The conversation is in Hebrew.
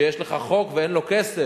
יש לך חוק ואין לו כסף.